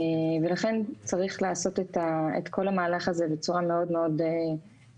ולכן צריך לעשות את כל המהלך הזה בצורה מאוד עדינה,